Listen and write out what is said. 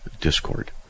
Discord